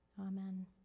Amen